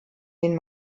den